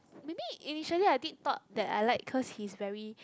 maybe initially I did thought that I like cause he's very